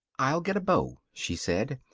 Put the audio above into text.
i'll get a beau, she said,